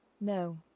No